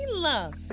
Love